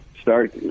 start